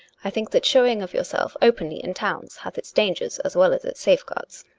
i think that showing of yourself openly in towns hath its dangers as well as its safeguards.